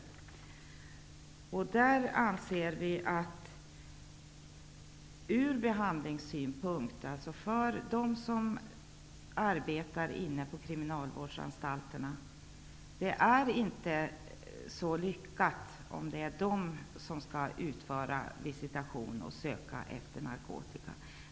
Ur behandlingssynpunkt anser vi att det inte är så lyckat om det är de som arbetar på kriminalvårdsanstalterna som skall utföra visitation och söka efter narkotika.